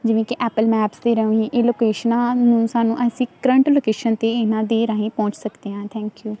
ਜਿਵੇਂ ਕਿ Apple Maps ਦੇ ਰਾਹੀਂ ਇਹ ਲੋਕੇਸ਼ਨਾਂ ਨੂੰ ਸਾਨੂੰ ਅਸੀਂ ਕਰੰਟ ਲੋਕੇਸ਼ਨ 'ਤੇ ਇਹਨਾਂ ਦੇ ਰਾਹੀਂ ਪਹੁੰਚ ਸਕਦੇ ਹਾਂ ਥੈਂਕ ਯੂ